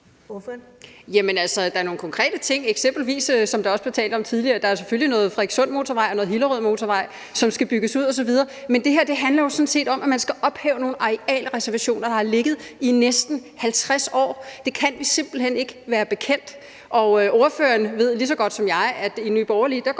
der er nogle konkrete ting; der er eksempelvis, som der også blev talt om tidligere, selvfølgelig noget Frederikssundmotorvej og noget Hillerødmotorvej, som skal bygges ud osv. Men det her handler jo sådan set om, at man skal ophæve nogle arealreservationer, der har ligget i næsten 50 år. Dem kan vi simpelt hen ikke være bekendt. Og ordføreren ved lige så godt som jeg, at i Nye Borgerlige går